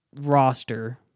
roster